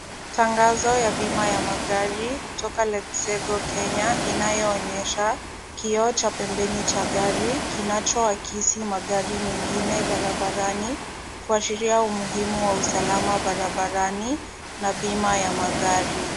Tangazo ya bima ya magari kutoka LetsGo Kenya inayoonyesha kioo cha pembeni cha gari kinachoakisi magari mengine barabarani, kuashiria umuhimu wa usalama barabarani na bima ya magari.